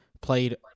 played